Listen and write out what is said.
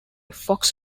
fox